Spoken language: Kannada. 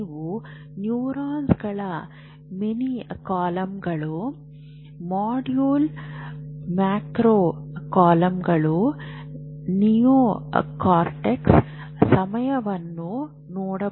ನೀವು ನ್ಯೂರಾನ್ಗಳ ಮಿನಿ ಕಾಲಮ್ಗಳು ಮಾಡ್ಯೂಲ್ ಮ್ಯಾಕ್ರೋ ಕಾಲಮ್ಗಳನ್ನು ನಿಯೋ ಕಾರ್ಟೆಕ್ಸ್ ಸಮಯವನ್ನು ನೋಡಬಹುದು